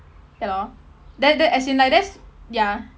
ya lor then then as in like that's ya